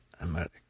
America